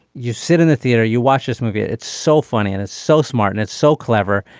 you sit in the theater you watch this movie. it's so funny and it's so smart and it's so clever.